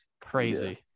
Crazy